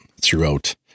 throughout